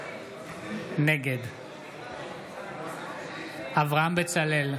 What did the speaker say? נגד אברהם בצלאל,